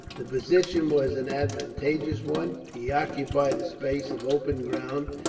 the position was an advantageous one. he occupied space of open ground,